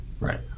Right